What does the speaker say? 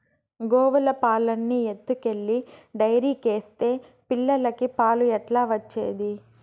గోవుల పాలన్నీ ఎత్తుకెళ్లి డైరీకేస్తే పిల్లలకి పాలు ఎట్లా వచ్చేది